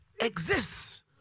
exists